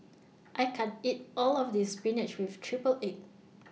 I can't eat All of This Spinach with Triple Egg